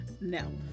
no